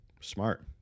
Smart